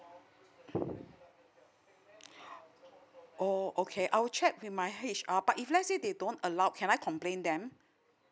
oh okay I will check with my H_R but if let say they don't allowed can I complain them